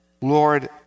Lord